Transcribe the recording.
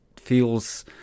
feels